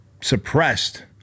suppressed